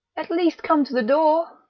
at least come to the door.